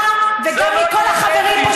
לחקור, אמרתי לחקור.